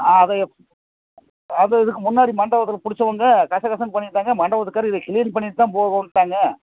ஆ அதைய அது இதுக்கு முன்னாடி மண்டபத்தில் பிடுச்சவங்க கச கசன்னு பண்ணிவிட்டாங்க மண்டபத்துக்கார் இதை கிளீன் பண்ணிவிட்டு தான் போகணும்ன்டாங்க